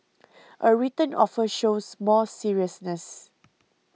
a written offer shows more seriousness